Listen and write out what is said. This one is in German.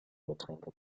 getränke